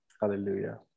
hallelujah